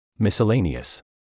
Miscellaneous